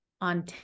on